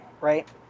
right